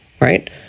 right